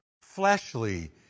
fleshly